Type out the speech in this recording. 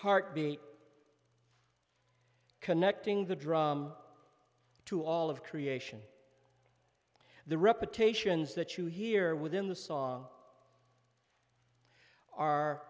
heart beat connecting the drum to all of creation the reputations that you hear within the song are